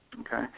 Okay